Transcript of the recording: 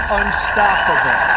unstoppable